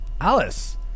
Alice